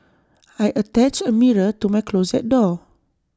I attached A mirror to my closet door